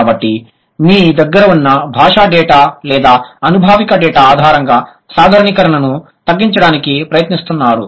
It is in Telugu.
కాబట్టి మీ దగ్గర ఉన్న భాషా డేటా లేదా అనుభావిక డేటా ఆధారంగా సాధారణీకరణను తగ్గించడానికి ప్రయత్నిస్తున్నారు